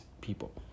people